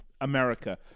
America